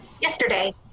Yesterday